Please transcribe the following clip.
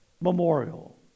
Memorial